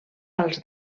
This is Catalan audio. als